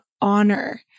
honor